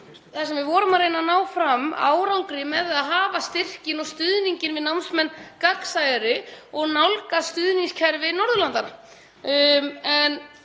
þar sem við vorum að reyna að ná fram árangri með því að hafa styrkinn og stuðninginn við námsmenn gagnsærri og nálgast stuðningskerfi Norðurlandanna.